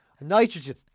nitrogen